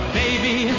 baby